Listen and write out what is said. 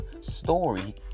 story